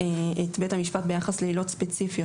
המשפט ביחס לעילות ספציפיות.